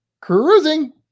Cruising